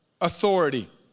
authority